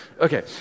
Okay